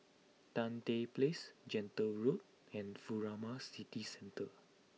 Tan Tye Place Gentle Road and Furama City Centre